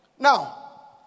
Now